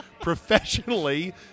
professionally